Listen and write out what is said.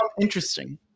interesting